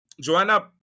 Joanna